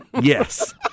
Yes